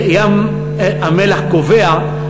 ים-המלח גווע,